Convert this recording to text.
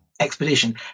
expedition